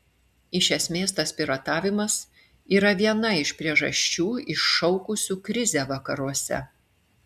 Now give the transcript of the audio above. iš esmės tas piratavimas yra viena iš priežasčių iššaukusių krizę vakaruose